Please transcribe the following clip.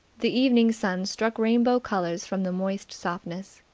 the evening sun struck rainbow colours from the moist softness.